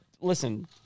listen